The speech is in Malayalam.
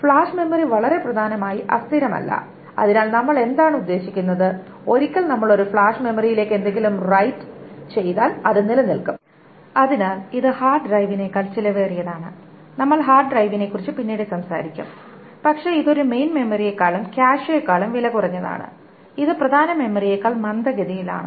ഫ്ലാഷ് മെമ്മറി വളരെ പ്രധാനമായി അസ്ഥിരമല്ല അതിനാൽ നമ്മൾ എന്താണ് ഉദ്ദേശിക്കുന്നത് ഒരിക്കൽ നമ്മൾ ഒരു ഫ്ലാഷ് മെമ്മറിയിലേക്ക് എന്തെങ്കിലും റൈറ്റ് ചെയ്താൽ അത് നിലനിൽക്കും അതിനാൽ ഇത് ഹാർഡ് ഡ്രൈവിനേക്കാൾ ചെലവേറിയതാണ് നമ്മൾ ഹാർഡ് ഡ്രൈവിനെക്കുറിച്ച് പിന്നീട് സംസാരിക്കും പക്ഷേ ഇത് ഒരു മെയിൻ മെമ്മറിയേക്കാളും കാഷെയേക്കാളും വിലകുറഞ്ഞതാണ് ഇത് പ്രധാന മെമ്മറിയേക്കാൾ മന്ദഗതിയിലാണ്